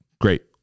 great